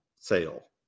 sale